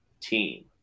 team